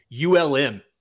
ULM